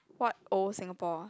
what old Singapore